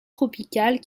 tropicales